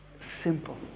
simple